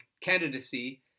candidacy